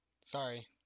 sorry